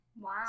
Wow